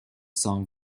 song